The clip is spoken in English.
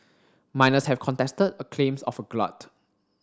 miners have contested claims of a glut